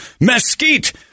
mesquite